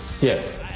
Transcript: Yes